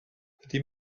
ydy